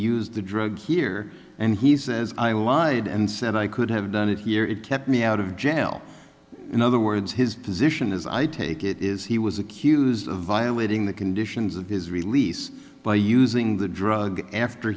a drug here and he says i lied and said i could have done it here it kept me out of jail in other words his position is i take it is he was accused of violating the conditions of his release by using the drug after